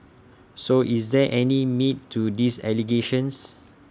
so is there any meat to these allegations